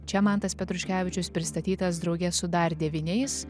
čia mantas petruškevičius pristatytas drauge su dar devyniais